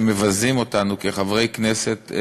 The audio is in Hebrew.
הם מבזים אותנו כחברי כנסת.